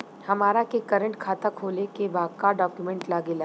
हमारा के करेंट खाता खोले के बा का डॉक्यूमेंट लागेला?